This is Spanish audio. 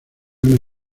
una